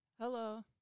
Hello